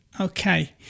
Okay